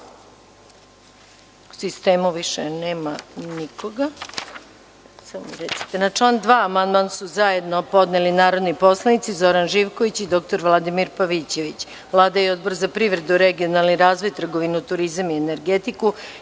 iz dnevnog reda sednice. Na član 2. amandman su zajedno podneli narodni poslanici Zoran Živković i dr Vladimir Pavićević. Vlada i Odbor za privredu, regionalni razvoj, trgovinu, turizam i energetiku